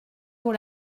vaut